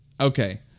Okay